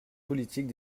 politique